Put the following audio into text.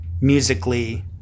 musically